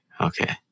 Okay